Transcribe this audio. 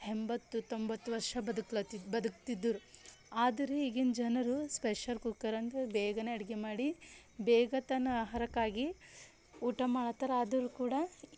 ಎಂಬತ್ತು ತೊಂಬತ್ತು ವರ್ಷ ಬದುಕ್ಲತಿದ್ರು ಬದುಕ್ತಿದ್ರು ಆದರೆ ಈಗಿನ ಜನರು ಸ್ಪೆಷರ್ ಕುಕ್ಕರ್ ಅಂದರೆ ಬೇಗನೆ ಅಡುಗೆ ಮಾಡಿ ಬೇಗ ತನ್ನ ಆಹಾರಕ್ಕಾಗಿ ಊಟ ಮಾಡತಾರೆ ಆದರೂ ಕೂಡ